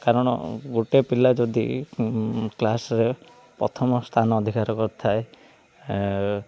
କାରଣ ଗୋଟେ ପିଲା ଯଦି କ୍ଲାସ୍ରେ ପ୍ରଥମ ସ୍ଥାନ ଅଧିକାର କରିଥାଏ